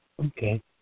Okay